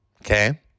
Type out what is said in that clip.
okay